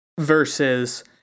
versus